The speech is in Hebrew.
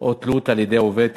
או תלות על-ידי עובד ציבור),